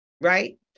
right